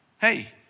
hey